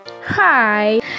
hi